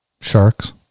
Sharks